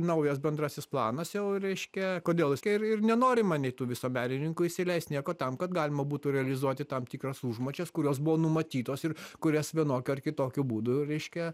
naujas bendrasis planas jau reiškia kodėl jis ir ir nenorima nei tų visuomenininkų įsileist nieko tam kad galima būtų realizuoti tam tikras užmačias kurios buvo numatytos ir kurias vienokiu ar kitokiu būdu reiškia